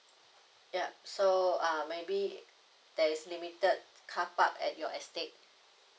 ya so uh maybe there is limited carpark at your estate